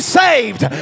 saved